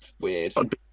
Weird